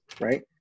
right